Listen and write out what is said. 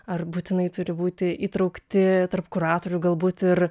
ar būtinai turi būti įtraukti tarp kuratorių galbūt ir